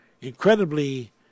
incredibly